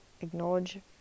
acknowledge